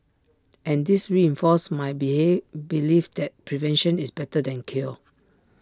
and this reinforced my behave belief that prevention is better than cure